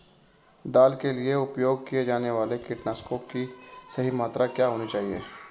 दाल के लिए उपयोग किए जाने वाले कीटनाशकों की सही मात्रा क्या होनी चाहिए?